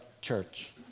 church